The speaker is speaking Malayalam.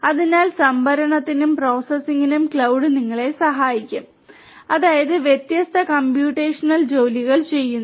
അതിനാൽ സംഭരണത്തിനും പ്രോസസ്സിംഗിനും ക്ലൌഡ് നിങ്ങളെ സഹായിക്കും അതായത് വ്യത്യസ്ത കമ്പ്യൂട്ടേഷണൽ ജോലികൾ നടത്തുന്നു